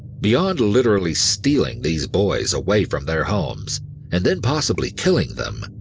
beyond literally stealing these boys away from their homes and then possibly killing them,